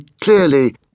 clearly